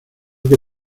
que